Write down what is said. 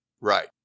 Right